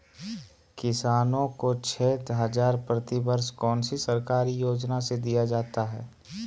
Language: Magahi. किसानों को छे हज़ार प्रति वर्ष कौन सी सरकारी योजना से दिया जाता है?